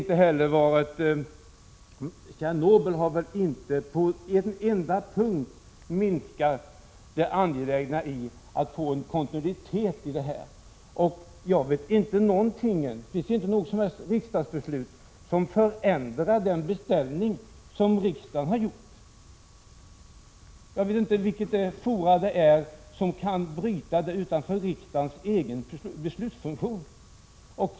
Tjernobyl har väl inte på en enda punkt minskat det angelägna i att få en kontinuitet när det gäller insatserna på detta område. Det finns inte något som helst riksdagsbeslut som förändrar den beställning som riksdagen har gjort. Jag vet inte vilket forum det är som skulle kunna bryta den beställningen utanför riksdagens egen beslutsfunktion.